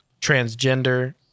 transgender